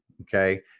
Okay